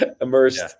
immersed